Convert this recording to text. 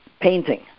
painting